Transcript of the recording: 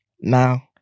now